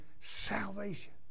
salvation